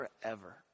forever